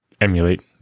emulate